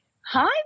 Hi